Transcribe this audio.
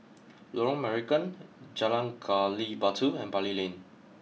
Lorong Marican Jalan Gali Batu and Bali Lane